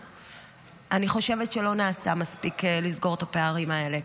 אני חושבת שלא נעשה מספיק כדי לסגור את הפערים האלה.